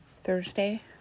Thursday